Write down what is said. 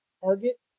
target